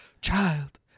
child